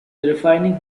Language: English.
refining